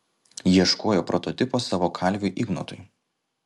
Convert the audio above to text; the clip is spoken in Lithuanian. ieškojo prototipo savo kalviui ignotui